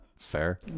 fair